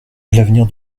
l’avenir